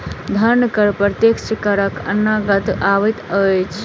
धन कर प्रत्यक्ष करक अन्तर्गत अबैत अछि